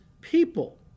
people